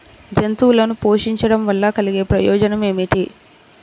జంతువులను పోషించడం వల్ల కలిగే ప్రయోజనం ఏమిటీ?